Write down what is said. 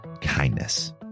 kindness